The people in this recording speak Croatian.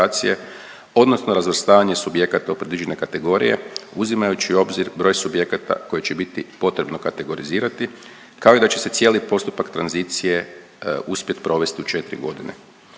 odnosno razvrstavanje subjekata u predviđene kategorije uzimajući u obzir broj subjekata koje će biti potrebno kategorizirati kao i da će se cijeli postupak tranzicije uspjet provest u četri godine.